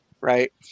right